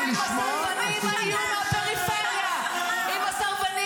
הכנסת שלי טל מירון יוצאת מאולם המליאה.) תצאי,